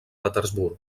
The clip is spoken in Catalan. petersburg